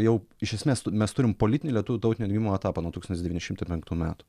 jau iš esmės mes turim politinį lietuvių tautinio atgimimo etapą nuo tūkstantis devyni šimtai penktų metų